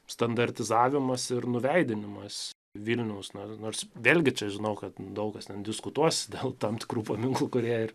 standartizavimas ir nuveidinimas vilniaus na nors vėlgi čia žinau kad daug kas ten diskutuos dėl tam tikrų paminklų kurie